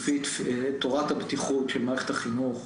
לפי תורת הבטיחות של מערכת החינוך,